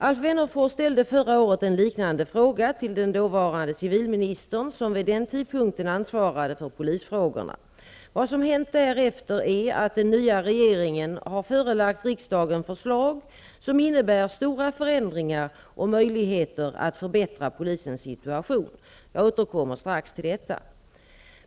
Alf Wennerfors ställde förra året en liknande fråga till den dåvarande civilministern som vid den tidpunkten ansvarade för polisfrågorna. Vad som hänt därefter är att den nya regeringen har förelagt riksdagen förslag som innebär stora förändringar och möjligheter att förbättra polisens situation. Jag återkommer strax till detta.